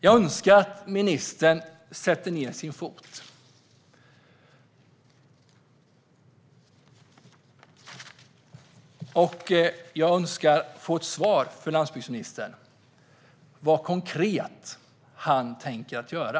Jag önskar att ministern sätter ned sin fot, och jag önskar att få ett svar från landsbygdsministern om vad han konkret tänker göra.